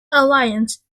alliance